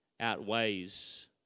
outweighs